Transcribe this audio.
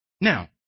now